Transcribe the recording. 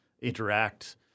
interact